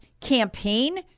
campaign